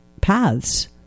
paths